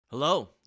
Hello